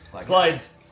Slides